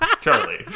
Charlie